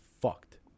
fucked